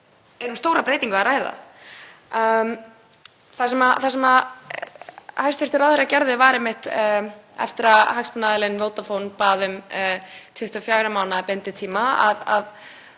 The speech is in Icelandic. um stóra breytingu að ræða. Það sem hæstv. ráðherra gerði var einmitt eftir að hagsmunaaðilinn Vodafone bað um 24 mánaða binditíma